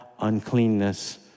uncleanness